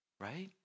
right